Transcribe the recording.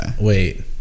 Wait